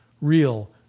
Real